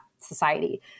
society